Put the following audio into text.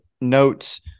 notes